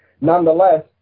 Nonetheless